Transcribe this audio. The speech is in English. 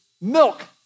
milk